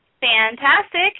Fantastic